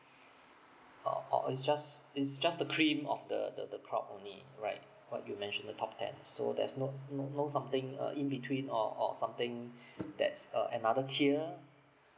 or or it's just it's just the cream of the the the crop only right what you mention the top ten so there's no no no something uh in between or or something that's uh another tier